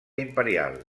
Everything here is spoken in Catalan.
imperial